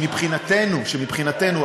שמבחינתנו,